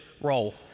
role